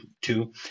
Two